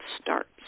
starts